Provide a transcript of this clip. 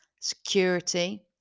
security